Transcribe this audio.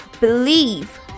believe